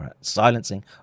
silencing